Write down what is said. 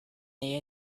they